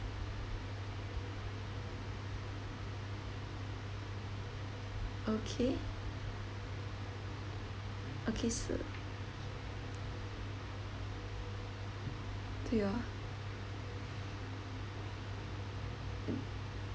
okay okay sure to your